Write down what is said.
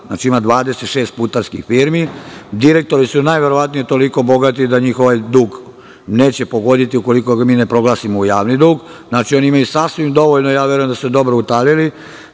Znači, ima 26 putarskih firmi, direktori su najverovatnije toliko bogati da njih ovaj dug neće pogoditi ukoliko ga mi ne proglasimo u javni dug, tako da oni imaju sasvim dovoljno i ja verujem da su se oni dobro istalili,